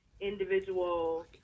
individual